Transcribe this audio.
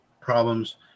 problems